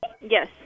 Yes